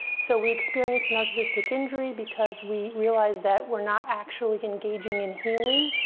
so we experience narcissistic injury because we realize that we're not actually engaging in healing,